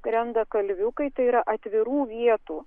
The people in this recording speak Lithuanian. skrenda kalviukai tai yra atvirų vietų